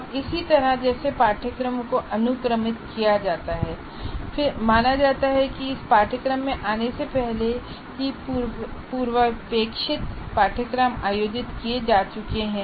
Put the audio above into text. और इसी तरह जैसे पाठ्यक्रमों को अनुक्रमित किया जाता है और माना जाता है कि इस पाठ्यक्रम में आने से पहले ही पूर्वापेक्षित पाठ्यक्रम आयोजित किए जा चुके हैं